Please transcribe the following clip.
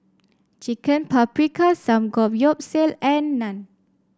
Chicken Paprikas Samgeyopsal and Naan